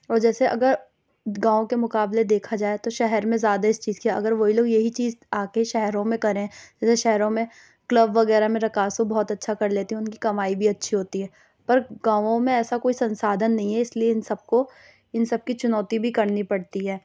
اور جیسے اگر گاؤں کے مقابلے دیکھا جائے تو شہر میں زیادہ اِس چیز کی اگر وہی لوگ یہی چیز آ کے شہروں میں کریں جیسے شہروں میں کلب وغیرہ میں رقاصوں بہت اچھا کر لیتی ہیں اُن کی کمائی بھی اچھی ہوتی ہے پر گاؤں میں ایسا کوئی سنسادھن نہیں ہے اِس لئے اِن سب کو اِن سب کی چونوتی بھی کرنی پڑتا ہے